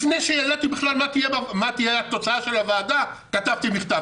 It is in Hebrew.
לפני שידעתי מה תהיה התוצאה של הוועדה כתבתי מכתב,